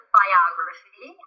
biography